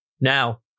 Now